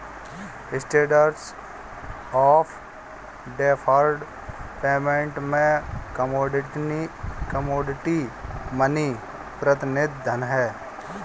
standard of deferred payment में commodity money प्रतिनिधि धन हैं